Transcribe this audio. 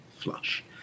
flush